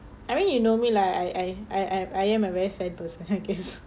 I mean you know like I I I I am a very sad person I guess